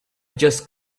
just